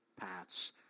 paths